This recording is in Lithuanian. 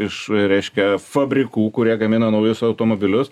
iš reiškia fabrikų kurie gamina naujus automobilius